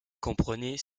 comprenait